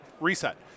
Reset